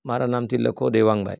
મારાં નામથી લખો દેવાંગભાઈ